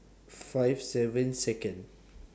five seven Second